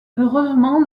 heureusement